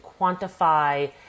quantify